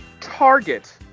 target